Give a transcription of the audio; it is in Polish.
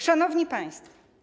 Szanowni Państwo!